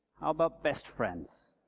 how about best friends?